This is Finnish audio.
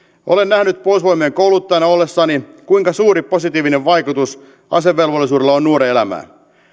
olen nähnyt puolustusvoimien kouluttajana ollessani kuinka suuri positiivinen vaikutus asevelvollisuudella on nuoren elämään